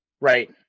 right